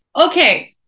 okay